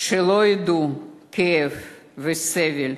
שלא ידעו כאב וסבל,